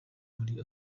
muri